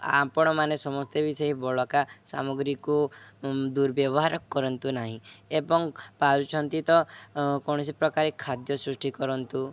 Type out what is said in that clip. ଆପଣମାନେ ସମସ୍ତେ ବି ସେହି ବଳକା ସାମଗ୍ରୀକୁ ଦୁର୍ବ୍ୟବହାର କରନ୍ତୁ ନାହିଁ ଏବଂ ପାାରୁଛନ୍ତି ତ କୌଣସି ପ୍ରକାର ଖାଦ୍ୟ ସୃଷ୍ଟି କରନ୍ତୁ